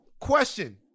Question